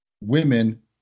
women